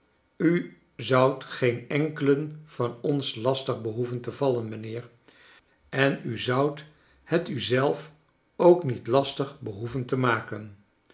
u zoudt geen enkelen van ons las tig behoeven te va llen mijnlieer en u zoudt het u zelf ook niet lastig behoeven te maken